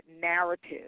narrative